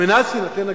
על מנת שיינתן הגט.